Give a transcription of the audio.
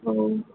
ஓ